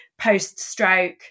post-stroke